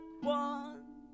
one